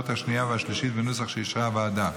השנייה והשלישית בנוסח שאישרה הוועדה.